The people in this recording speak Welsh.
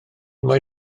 mae